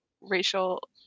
racial